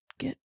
Get